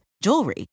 jewelry